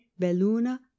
Belluna